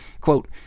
Quote